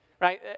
Right